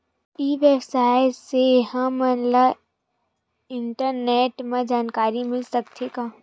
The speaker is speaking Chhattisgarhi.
ई व्यवसाय से हमन ला इंटरनेट मा जानकारी मिल सकथे का?